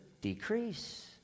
decrease